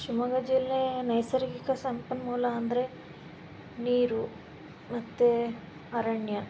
ಶಿವಮೊಗ್ಗ ಜಿಲ್ಲೆ ನೈಸರ್ಗಿಕ ಸಂಪನ್ಮೂಲ ಅಂದರೆ ನೀರು ಮತ್ತು ಅರಣ್ಯ